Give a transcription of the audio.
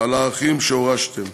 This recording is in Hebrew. על הערכים שהורשתם.